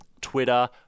twitter